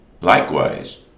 Likewise